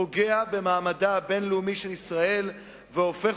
פוגע במעמדה הבין-לאומי של ישראל והופך